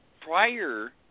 prior